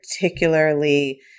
particularly